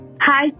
Hi